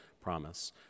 promise